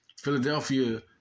Philadelphia